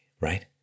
right